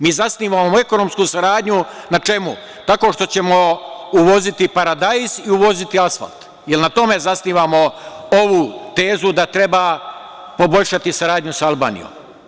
Mi zasnivamo ekonomsku saradnju, na čemu, tako što ćemo uvoziti paradajz i uvoziti asfalt, jel na tome zasnivamo ovu tezu da treba poboljšati saradnju sa Albanijom?